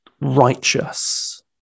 righteous